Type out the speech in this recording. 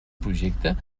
projecte